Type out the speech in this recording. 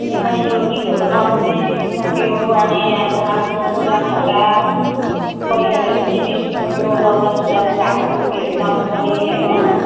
नेपाली लोग गीतहरू गाउनु पनि बिर्सिसक्यो अनि अब आफ्नो लुगा फाटा पहिरनहरू पनि बिर्सिसक्यो दौरा सुरुवाल ढाका टोपीहरू लगाउनु पनि होइन